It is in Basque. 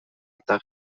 eta